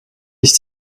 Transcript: ich